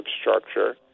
structure